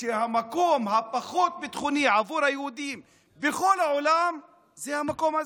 המקום הפחות-בטוח עבור היהודים בכל העולם זה המקום הזה.